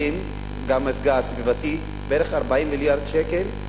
וגם המפגע הסביבתי עולים בערך 40 מיליארד שקל,